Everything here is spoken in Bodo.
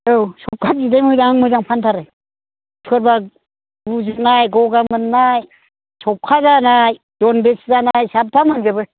औ सौखा बिदै मोजां मोजां फानथारो सोरबा गुजुनाय गगा मोननाय सौखा जानाय जनदिस जानाय साफा मोनजोबो